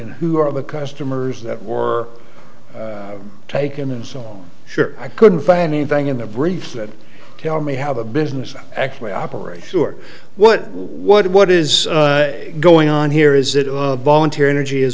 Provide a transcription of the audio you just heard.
and who are the customers that were taken and saw sure i couldn't find anything in the brief that tell me have a business or actually operate sure what what what is going on here is that a volunteer energy is